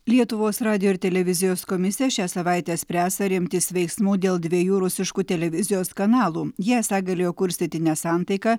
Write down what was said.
lietuvos radijo ir televizijos komisija šią savaitę spręs ar imtis veiksmų dėl dviejų rusiškų televizijos kanalų jie esą galėjo kurstyti nesantaiką